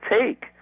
take